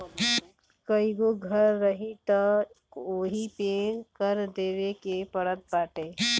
कईगो घर रही तअ ओहू पे कर देवे के पड़त बाटे